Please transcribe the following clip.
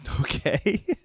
okay